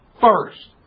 First